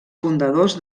fundadors